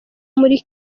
muri